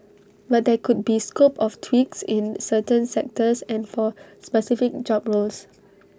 but there could be scope of tweaks in certain sectors and for specific job roles